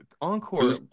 encore